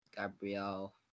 Gabriel